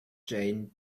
jane